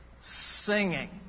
Singing